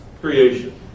creation